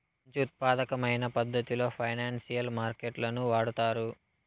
మంచి ఉత్పాదకమైన పద్ధతిలో ఫైనాన్సియల్ మార్కెట్ లను వాడుతారు